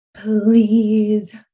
please